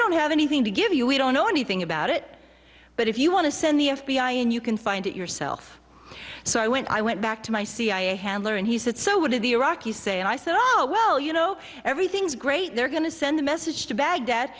don't have anything to give you we don't know anything about it but if you want to send the f b i and you can find it yourself so i went i went back to my cia handler and he said so what did the iraqis say and i said oh well you know everything's great they're going to send a message to baghdad